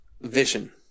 vision